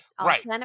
Right